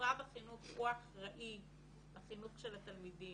שמשרד החינוך הוא אחראי לחינוך של התלמידים